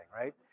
right